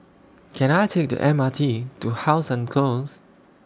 Can I Take The M R T to How Sun Close